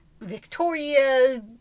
Victoria